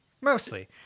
Mostly